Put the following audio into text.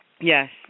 Yes